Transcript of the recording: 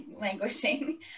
languishing